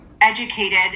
educated